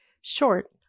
short